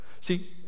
See